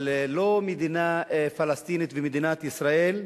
אבל לא מדינה פלסטינית ומדינת ישראל,